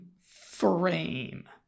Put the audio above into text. frame